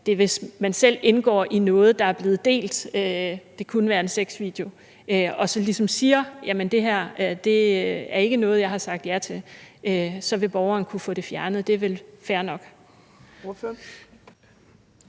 det, hvis man selv indgår i noget, der er blevet delt – det kunne være en sexvideo – og siger: Det her er ikke noget, jeg har sagt ja til. Så vil borgeren kunne få det fjernet, og det er vel fair nok.